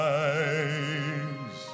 eyes